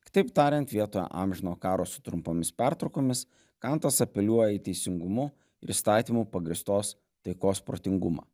kitaip tariant vietoje amžino karo su trumpomis pertraukomis kantas apeliuoja į teisingumu ir įstatymų pagrįstos taikos protingumą